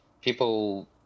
people